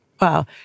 Wow